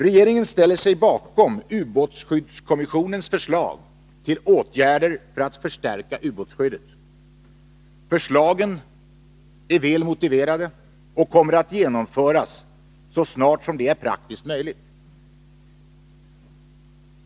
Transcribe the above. Regeringen ställer sig bakom ubåtsskyddskommissionens förslag till åtgärder för att förstärka ubåtsskyddet. Förslagen är väl motiverade och kommer att genomföras så snart som det är praktiskt möjligt.